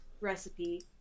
Recipe